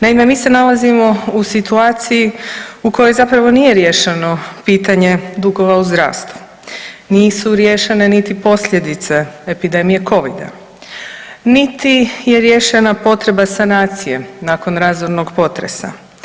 Naime, mi se nalazimo u situaciji u kojoj zapravo nije riješeno pitanje dugova u zdravstvu, nisu riješene ni posljedice epidemije covida, niti je riješena potreba sanacije nakon razornog potresa.